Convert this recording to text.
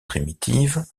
primitive